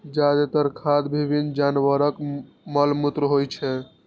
जादेतर खाद विभिन्न जानवरक मल मूत्र होइ छै